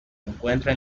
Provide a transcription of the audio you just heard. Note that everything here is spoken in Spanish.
encuentra